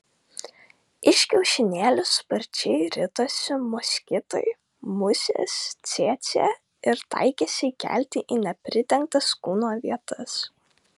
iš kiaušinėlių sparčiai ritosi moskitai musės cėcė ir taikėsi įgelti į nepridengtas kūno vietas